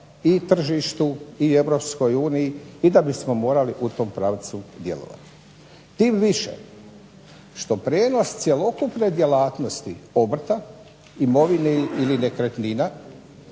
i tržištu i Europskoj uniji, i da bismo morali u tom pravcu djelovati. Tim više što prijenos cjelokupne djelatnosti obrta, imovine ili nekretnina